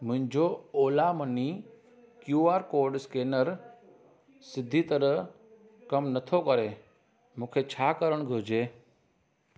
मुंहिंजो Ola money QR code scanner सिधी तरह कमु नथो करे मूंखे छा करणु घुरिजे